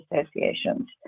associations